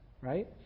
right